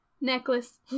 necklace